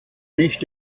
nicht